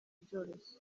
byoroshye